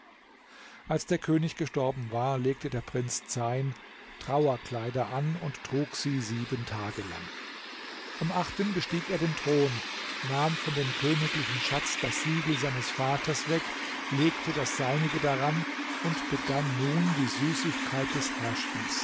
als der könig gestorben war legte der prinz zeyn trauerkleider an und trug sie sieben tage lang am achten bestieg er den thron nahm von dem königlichen schatz das siegel seines vaters weg legte das seinige daran und begann nun die süßigkeit des herrschens